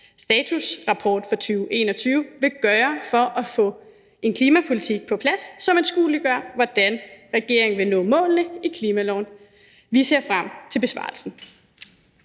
statusrapport for 2021, vil gøre for at få en klimapolitik på plads, som anskueliggør, hvordan regeringen vil nå målene i klimaloven. Vi ser frem til besvarelsen.